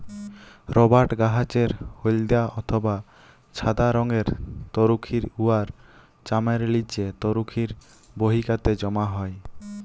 রবাট গাহাচের হইলদ্যা অথবা ছাদা রংয়ের তরুখির উয়ার চামের লিচে তরুখির বাহিকাতে জ্যমা হ্যয়